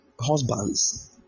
husbands